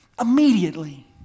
Immediately